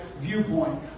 viewpoint